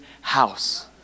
house